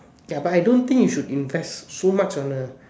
ya but I don't think you should invest so much on the